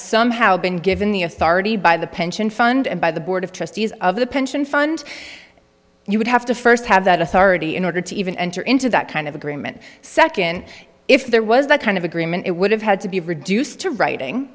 somehow been given the authority by the pension fund and by the board of trustees of the pension fund you would have to first have that authority in order to even enter into that kind of agreement second if there was that kind of agreement it would have had to be reduced to writing